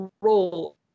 role